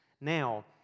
Now